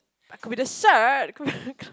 but could be the shirt could be